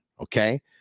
okay